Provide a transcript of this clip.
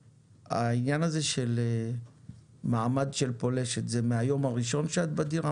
העניין הזה של מעמד של פולשת זה מהיום הראשון שאת בדירה?